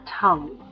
tongue